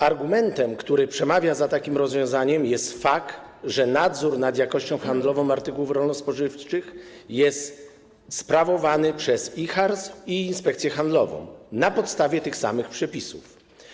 Argumentem, który przemawia za takim rozwiązaniem jest fakt, że nadzór nad jakością handlową artykułów rolno-spożywczych jest sprawowany przez IJHARS i Inspekcję Handlową na podstawie tych samych przepisów.